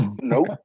nope